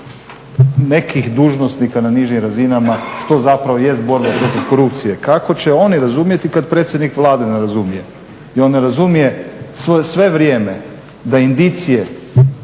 nekih dužnosnika na nižim razinama što zapravo jest bolji proces korupcije. Kako će oni razumjeti kad predsjednik Vlade ne razumije i on ne razumije sve vrijeme da indicije